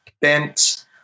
bent